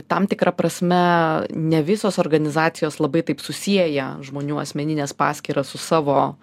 tam tikra prasme ne visos organizacijos labai taip susieja žmonių asmenines paskyras su savo